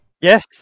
Yes